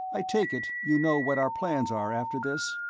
i take it you know what our plans are, after this?